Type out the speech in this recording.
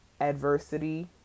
adversity